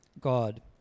God